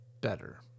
better